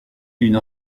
une